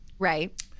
right